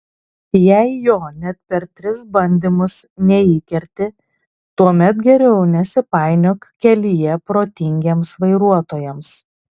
jei jo net per tris bandymus neįkerti tuomet geriau nesipainiok kelyje protingiems vairuotojams